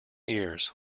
ears